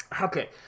Okay